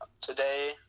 Today